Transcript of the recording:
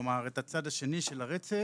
כלומר את הצד השני של הרצף,